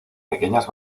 pequeñas